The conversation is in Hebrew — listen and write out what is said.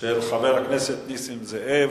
של חבר הכנסת נסים זאב.